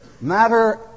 matter